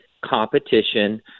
competition